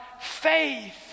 faith